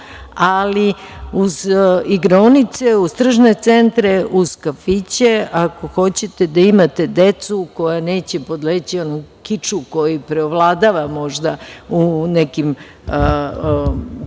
bilo. Uz igraonice, uz tržne centre, uz kafiće, ako hoćete da imate decu koja neće podleći onom kiču koji preovladava možda u nekim delovima